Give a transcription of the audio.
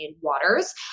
waters